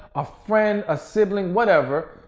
a friend, a sibling, whatever,